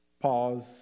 Pause